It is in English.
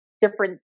different